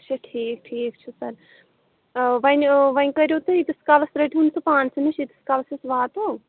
اچھا ٹھیٖک ٹھیٖک چھُ سَر اَوا وۄنۍ وۄنۍ کٔرِو تُہۍ ییٖتِس کالَس رٔٹۍہُن سُہ پانسٕے نِش ییٖتِس کالَس أسۍ واتو